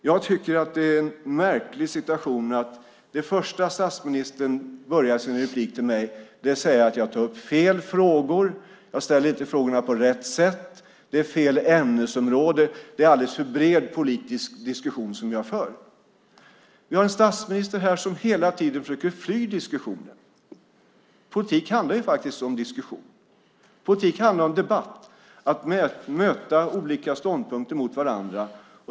Jag tycker att det är en märklig situation att det första statsministern börjar sin replik till mig med är att säga att jag tar upp fel frågor, att jag inte ställer frågorna på rätt sätt, att det är fel ämnesområde, att det är en alldeles för bred politisk diskussion som jag för. Vi har en statsminister här som hela tiden försöker fly diskussionen. Politik handlar faktiskt om diskussion. Politik handlar om debatt, om att olika ståndpunkter möts.